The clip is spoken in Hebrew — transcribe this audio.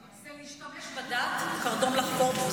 זה להשתמש בדת כקרדום לחפור בו.